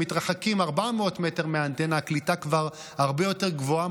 כשמתרחקים 400 מטר מהאנטנה הקרינה כבר הרבה יותר גבוהה,